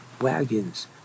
wagons